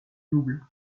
double